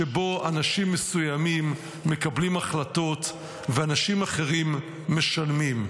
שבו אנשים מסוימים מקבלים החלטות ואנשים אחרים משלמים.